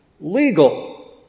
legal